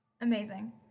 Amazing